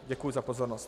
Děkuji za pozornost.